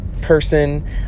person